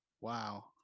Wow